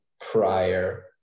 prior